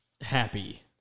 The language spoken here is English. happy